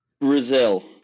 Brazil